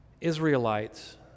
Israelites